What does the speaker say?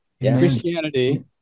Christianity